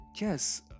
yes